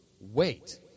Wait